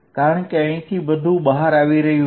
કારણ કે અહીંથી બધું બહાર આવી રહ્યું છે